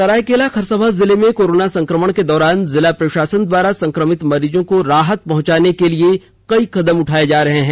सरायकेला खरसांवा जिले में कोरोना संक्रमण के दौरान जिला प्रशासन द्वारा संक्रमित मरीजों को राहत पहुंचाने के लिए कई कदम उठाये जा रहे हैं